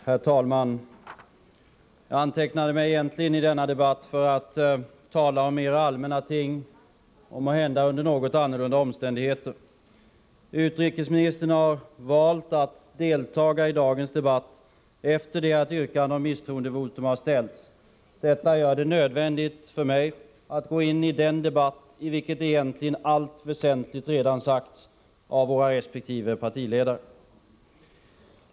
Herr talman! Jag antecknade mig egentligen till denna debatt för att tala om mer allmänna ting och måhända under något annorlunda omständigheter. Utrikesministern har valt att deltaga i dagens debatt efter det att yrkande om misstroendevotum har ställts. Detta gör det nödvändigt för mig att gå in i den debatt i vilken egentligen allt väsentligt redan har sagts av våra resp. partiledare.